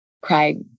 Craig